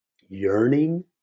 yearning